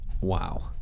wow